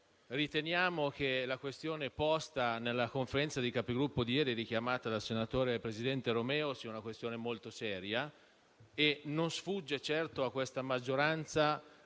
Riteniamo che la questione posta nella Conferenza dei Capigruppo di ieri, richiamata dal presidente senatore Romeo, sia una questione molto seria e non sfugge certo a questa maggioranza